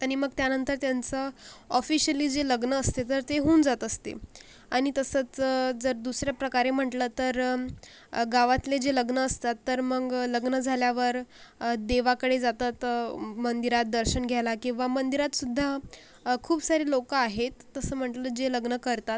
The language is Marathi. आणि मग त्यानंतर त्यांचं ऑफिशियली जे लग्न असते तर ते होऊन जात असते आणि तसंच जर दुसऱ्या प्रकारे म्हटलं तर गावातले जे लग्न असतात तर मग लग्न झाल्यावर देवाकडे जातात मंदिरात दर्शन घ्यायला किंवा मंदिरात सुद्धा खूप सारे लोकं आहेत तसं म्हटलं जे लग्न करतात